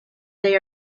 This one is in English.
they